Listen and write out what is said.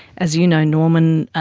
as you know, norman,